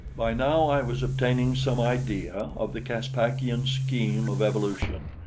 by now i was obtaining some idea of the caspakian scheme of evolution,